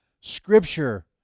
scripture